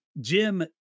Jim